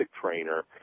trainer